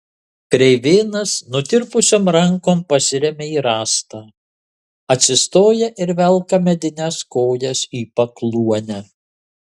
kreivėnas nutirpusiom rankom pasiremia į rąstą atsistoja ir velka medines kojas į pakluonę